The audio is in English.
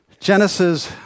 Genesis